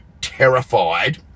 terrified